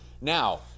now